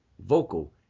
vocal